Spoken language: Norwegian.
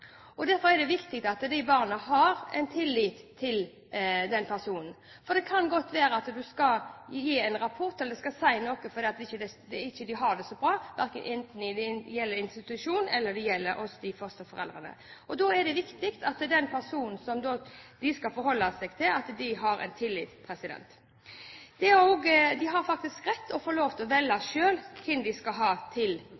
og derfor er det viktig at barna har tillit til den personen. For det kan godt være at noen skal gi en rapport eller si noe om at de ikke har det så bra, enten det gjelder en institusjon eller det gjelder fosterforeldre, og da er det viktig at den personen som de skal forholde seg til, har tillit. De har faktisk rett til selv å få